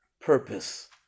purpose